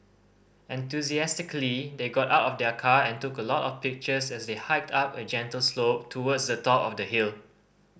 enthusiastically they got out of their car and took a lot of pictures as they hiked up a gentle slope towards the top of the hill